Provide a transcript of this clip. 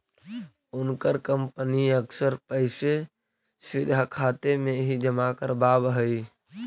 उनकर कंपनी अक्सर पैसे सीधा खाते में ही जमा करवाव हई